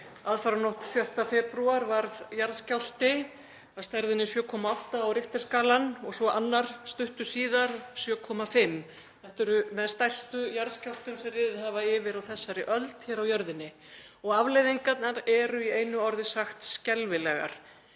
Aðfaranótt 6. febrúar varð jarðskjálfti af stærðinni 7,8 á Richter-skala og svo annar stuttu síðar upp á 7,5. Þetta eru með stærstu jarðskjálftum sem riðið hafa yfir á þessari öld hér á jörðinni og afleiðingarnar eru í einu orði sagt skelfilegar.